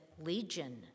Legion